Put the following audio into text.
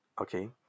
okay